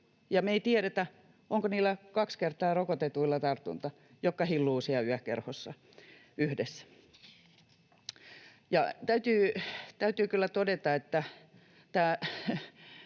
me tiedetä, onko niillä kaksi kertaa rokotetuilla tartunta, jotka hilluvat siellä yökerhossa yhdessä. Täytyy kyllä todeta, että